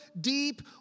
deep